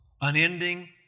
unending